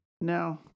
No